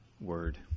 word